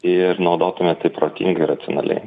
ir naudotumėt tai protingai ir racionaliai